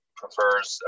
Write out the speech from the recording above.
prefers